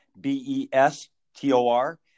B-E-S-T-O-R